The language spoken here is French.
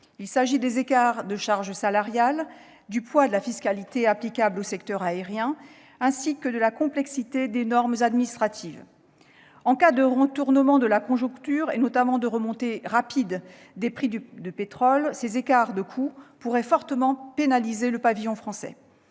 il s'agit des écarts de charges salariales, du poids de la fiscalité applicable au secteur aérien, ainsi que de la complexité des normes administratives. En cas de retournement de la conjoncture, notamment de remontée rapide des prix du pétrole, ces écarts de coûts pourraient fortement pénaliser le pavillon français.